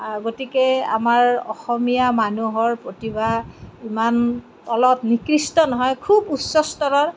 গতিকে আমাৰ অসমীয়া মানুহৰ প্ৰতিভা ইমান অলপ নিকৃষ্ট নহয় খুব উচ্চ স্তৰৰ